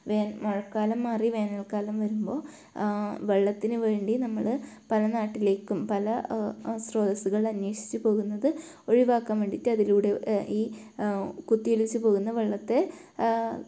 വേ മഴക്കാലം മാറി വേനൽക്കാലം വരുമ്പോൾ വെള്ളത്തിന് വേണ്ടി നമ്മൾ പല നാട്ടിലേക്കും പല സ്രോതസ്സുകൾ അന്വേഷിച്ച് പോകുന്നത് ഒഴിവാക്കാൻ വേണ്ടിയിട്ട് അതിലൂടെ ഈ കുത്തി ഒലിച്ച് പോകുന്ന വെള്ളത്തെ